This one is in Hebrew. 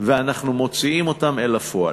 ואנחנו מוציאים אותן לפועל,